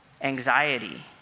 anxiety